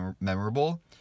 memorable